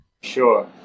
sure